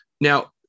Now